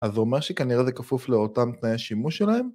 ‫אז זה אומר שכנראה זה כפוף ‫לאותם תנאי שימוש שלהם?